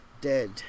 dead